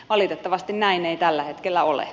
valitettavasti näin ei tällä hetkellä ole